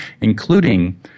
including